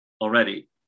already